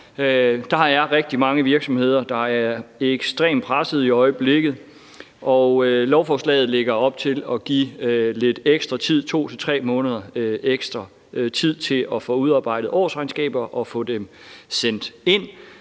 Der er rigtig mange virksomheder, der er ekstremt presset i øjeblikket, og lovforslaget lægger op til at give lidt ekstra tid – 2 til 3 måneder ekstra – til at få udarbejdet årsregnskaber og få dem sendt ind.